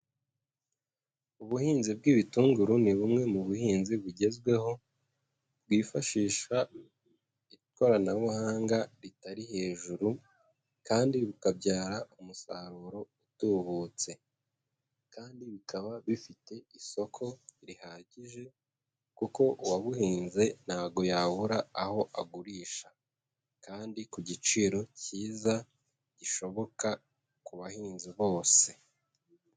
Ubuhinzi bw'ibitunguru ni bumwe mu buhinzi bugezweho, bwifashisha ikoranabuhanga ritari hejuru kandi bukabyara umusaruro utubutse, kandi bikaba bifite isoko rihagije kuko uwabuhinze ntabwo yabura aho agurisha kandi ku giciro cyiza gishoboka ku bahinzi bose.